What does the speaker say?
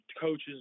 coaches